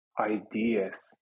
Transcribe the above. ideas